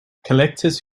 collectors